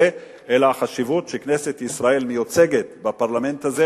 אלא החשיבות היא שכנסת ישראל מיוצגת בפרלמנט הזה.